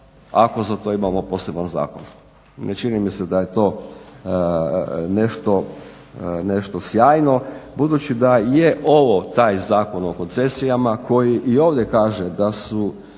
ako za to imamo poseban zakon. Ne čini mi se da je to nešto sjajno budući da je ovo taj Zakon o koncesijama koji i ovdje kaže da se